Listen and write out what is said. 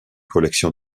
collection